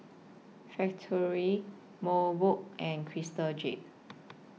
Factorie Mobot and Crystal Jade